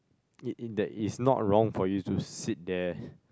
it in that is not wrong for you to sit there